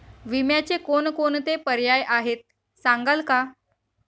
विम्याचे कोणकोणते पर्याय आहेत सांगाल का?